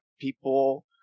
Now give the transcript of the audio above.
people